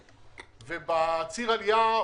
אפשר להגיע להרבה מקומות.